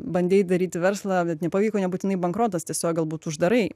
bandei daryti verslą bet nepavyko nebūtinai bankrotas tiesiog galbūt uždarai